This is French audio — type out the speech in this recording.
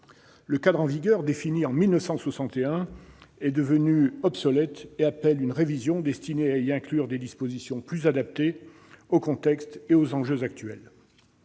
Le cadre en vigueur, défini en 1961, est devenu obsolète et appelle une révision destinée à y inclure des dispositions plus adaptées au contexte et aux enjeux actuels.